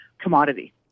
commodity